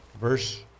verse